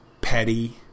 petty